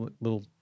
little